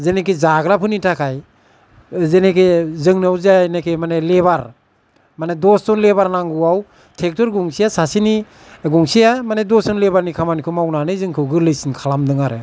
जेनोखि जाग्राफोरनि थाखाय जेनोखि जोंनाव जानाखि माने लेबार माने दसजन लेबार नांगौआव ट्रेक्टर गंसेया सासेनि गंसेया माने दसजन लेबारनि खामानिखौ मावनानै जोंखौ गोरलैसिन खालामदों आरो